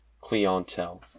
clientele